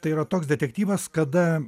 tai yra toks detektyvas kada